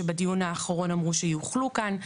שבדיון האחרון אמרו שיוחלו כאן.